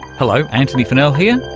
hello, antony funnell here,